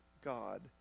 God